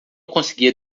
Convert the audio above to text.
conseguia